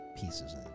pieces